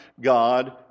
God